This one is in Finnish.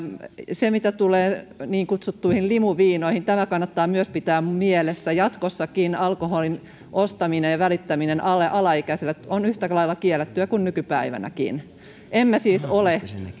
mitä tulee niin kutsuttuihin limuviinoihin tämä kannattaa myös pitää mielessä jatkossakin alkoholin ostaminen ja välittäminen alaikäisille on yhtä lailla kiellettyä kuin nykypäivänäkin emme siis ole